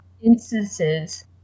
instances